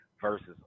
versus